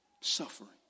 suffering